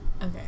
Okay